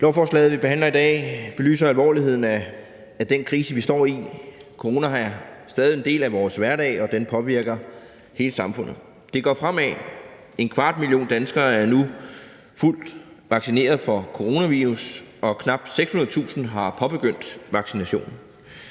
Lovforslaget, vi behandler i dag, belyser alvorligheden af den krise, vi står i. Corona er stadig en del af vores hverdag, og den påvirker hele samfundet. Det går fremad. En kvart million danskere er nu fuldt vaccineret mod coronavirus, og knap 600.000 har påbegyndt vaccination.